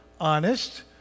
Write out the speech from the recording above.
honest